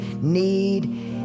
need